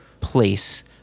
place